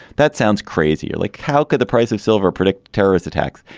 that sounds crazy like how could the price of silver predict terrorist attacks.